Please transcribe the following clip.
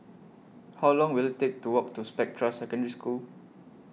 How Long Will IT Take to Walk to Spectra Secondary School